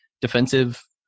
defensive